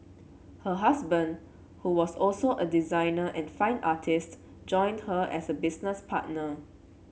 her husband who was also a designer and fine artist joined her as a business partner